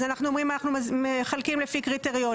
אז אנחנו אומרים אנחנו מחלקים לפי קריטריונים,